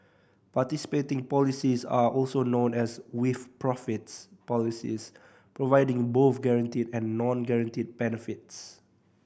participating policies are also known as with profits policies providing both guaranteed and non guaranteed benefits